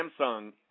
Samsung